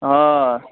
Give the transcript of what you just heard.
हँ